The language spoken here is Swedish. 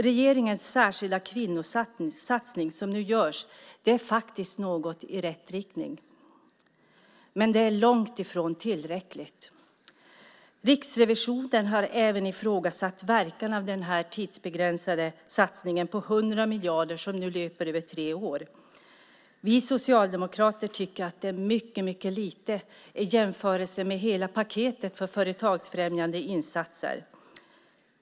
Regeringens särskilda kvinnosatsning är faktiskt något i rätt riktning, men den är långt ifrån tillräcklig. Riksrevisionen har ifrågasatt verkan av denna tidsbegränsade satsning på 100 miljoner som löper över tre år. Vi socialdemokrater tycker att det är lite i jämförelse med hela paketet för företagsfrämjande insatser.